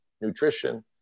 nutrition